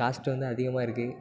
cost வந்து அதிகமாக இருக்குது